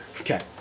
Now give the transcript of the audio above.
Okay